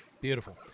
Beautiful